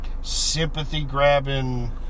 Sympathy-grabbing